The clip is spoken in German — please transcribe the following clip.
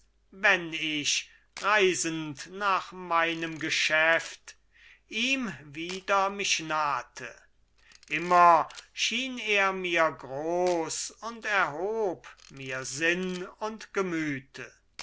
wenn ich reisend nach meinem geschäft ihm wieder mich nahte immer schien er mir groß und erhob mir sinn und gemüte